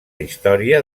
història